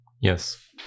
Yes